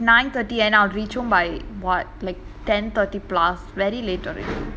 ya like if nine thirty then I'll reach home by [what] like ten thirty plus very late already